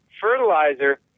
Fertilizer